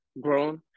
grown